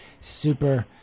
super